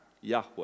Yahweh